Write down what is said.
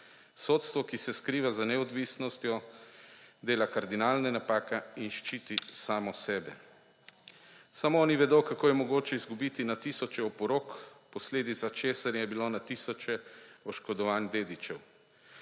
Sodstvo, ki se skriva za neodvisnostjo, dela kardinalne napake in ščiti samega sebe. Samo oni vedo, kako je mogoče izgubiti na tisoče oporok, posledica česar je bilo na tisoče oškodovanih dedičev.